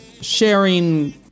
sharing